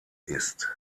ist